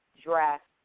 draft